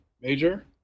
major